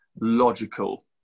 logical